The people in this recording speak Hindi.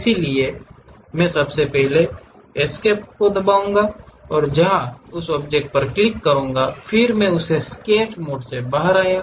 उसके लिए सबसे पहले या तो इस्केप को दबाएं या वहां जाएं उस ऑब्जेक्ट पर क्लिक करें फिर मैं उस स्केच मोड से बाहर आया